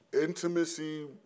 Intimacy